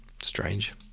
Strange